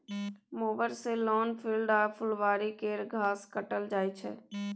mower सँ lawn, field आ फुलबारी केर घास काटल जाइ छै